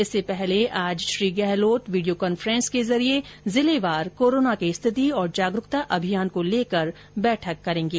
इससे पहले आज श्री गहलोत वीडियो कॉन्फ्रेंस के जरिये जिलेवार कोरोना की स्थिति और जागरूकता अभियान को लेकर बैठक करेंगे